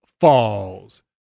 Falls